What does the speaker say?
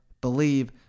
believe